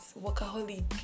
workaholic